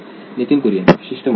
नितीन कुरियन विशिष्ट मजकूर